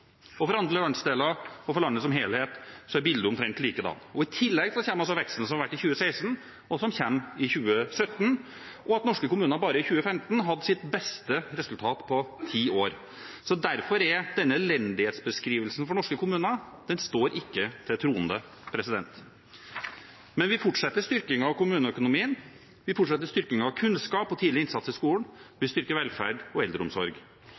kr. For andre landsdeler og for landet som helhet er bildet omtrent likedan. I tillegg kommer altså veksten som har vært i 2016, og som kommer i 2017, og at norske kommuner bare i 2015 hadde sitt beste resultat på ti år. Derfor står denne elendighetsbeskrivelsen for norske kommuner ikke til troende. Men vi fortsetter styrkingen av kommuneøkonomien. Vi fortsetter styrkingen av kunnskap og tidlig innsats i skolen. Vi styrker velferd og eldreomsorg.